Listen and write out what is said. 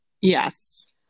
Yes